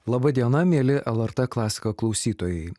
laba diena mieli lrt klasika klausytojai